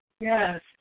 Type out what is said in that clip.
Yes